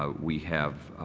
ah we have